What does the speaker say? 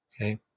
Okay